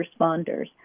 responders